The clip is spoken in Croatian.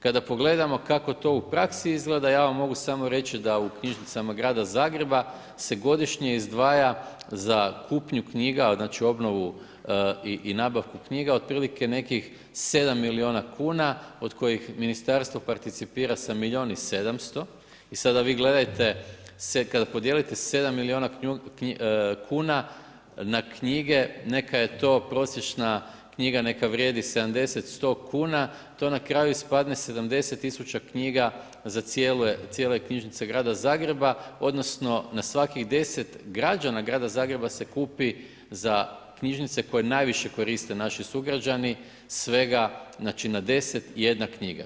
Kada pogledamo kako to u praksi izgleda, ja vam mogu samo reći da u knjižnicama grada Zagreba se godišnje izdvaja za kupnju knjiga, znači obnovu i nabavku knjiga otprilike nekih 7 miliona kuna od kojih ministarstvo participira sa milion i 700 i sada vi gledajte, kada podijelite 7 miliona kuna na knjige, neka je to prosječna knjiga neka vrijedi 70-100 kuna, to na kraju ispadne 70 tisuća knjiga za cijele knjižnice grada Zagreba odnosno na svakih 10 građana grada Zagreba se kupi za knjižnice koje najviše koriste naši sugrađani svega znači na 10 jedna knjiga.